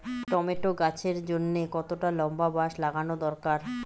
Tomato গাছের জন্যে কতটা লম্বা বাস লাগানো দরকার?